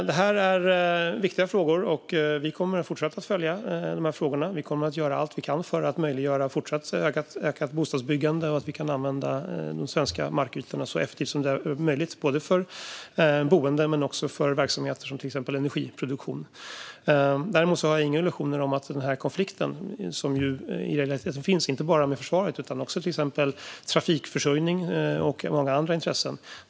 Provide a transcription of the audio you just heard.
Detta är viktiga frågor, och vi kommer att fortsätta att följa dem. Vi kommer att göra allt vi kan för att möjliggöra ett fortsatt ökat bostadsbyggande och för att vi ska kunna använda de svenska markytorna så effektivt som möjligt - för boende men också för verksamheter som till exempel energiproduktion. Däremot har jag inga illusioner när det gäller den konflikt som i realiteten finns, inte bara med försvaret utan också till exempel gällande trafikförsörjning och många andra intressen.